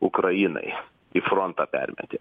ukrainai į frontą permetė